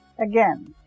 Again